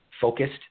focused